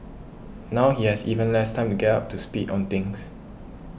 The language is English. now he has even less time to get up to speed on things